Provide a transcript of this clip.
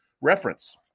reference